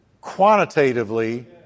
quantitatively